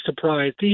surprised